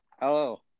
Hello